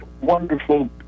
wonderful